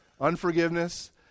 unforgiveness